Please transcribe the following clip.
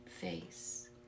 face